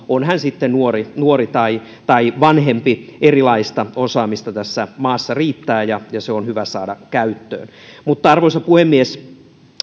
on hän sitten nuori nuori tai tai vanhempi erilaista osaamista tässä maassa riittää ja se on hyvä saada käyttöön arvoisa puhemies